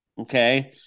okay